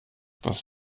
das